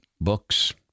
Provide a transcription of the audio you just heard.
books